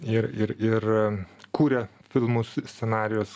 ir ir ir kuria filmus scenarijus